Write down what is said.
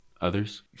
others